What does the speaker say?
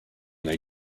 they